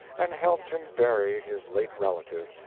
and helped him bury his late relative,